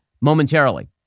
momentarily